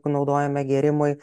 naudojame gėrimui